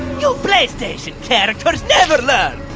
you playstation characters never learn!